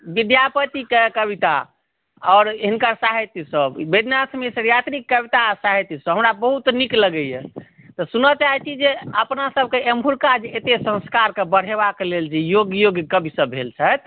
विद्यापतिक कविता आओर हिनकर साहित्यसभ वैद्यनाथ मिश्र यात्रीक कविता आ साहित्यसभ हमरा बहुत नीक लगैया तऽ सुनऽ चाही छी जे की अपनासभके एमहूरका जे एतय संस्कारके बढ़ेबाक लेल जे योग्य योग्य कविसभ भेल छथि